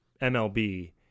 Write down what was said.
MLB